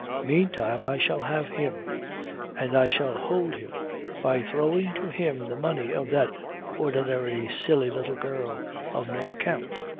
meantime i shall have him and i shall hold him by throwing to him the money of that ordinary, silly, little girl of no account.